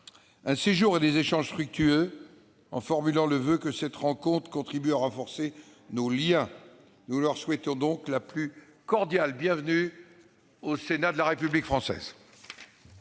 un séjour et des échanges fructueux, en formulant le voeu que cette rencontre contribue à renforcer nos liens. Nous leur souhaitons donc la plus cordiale bienvenue au Sénat de la République française